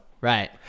Right